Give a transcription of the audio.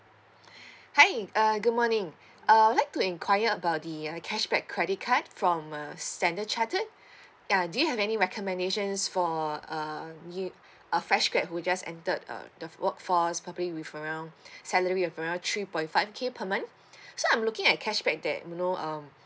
hi uh good morning uh I'd like to inquire about the uh cashback credit card from uh standard chartered ya do you have any recommendations for new a fresh graduate who just entered uh the workforce probably with around salary of around three point five K per month so I'm looking at cashback that you know um